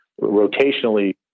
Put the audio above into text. rotationally